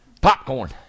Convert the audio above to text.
Popcorn